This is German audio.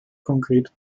konkret